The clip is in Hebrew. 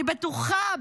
אני בטוחה,